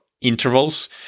intervals